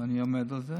ואני עומד על זה